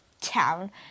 town